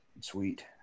sweet